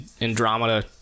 Andromeda